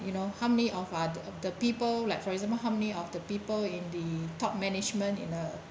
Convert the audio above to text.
you know how many of uh the people like for example how many of the people in the top management in a